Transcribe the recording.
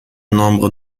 nombre